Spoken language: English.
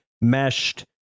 meshed